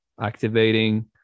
activating